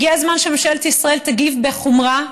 הגיע הזמן שממשלת ישראל תגיב בחומרה.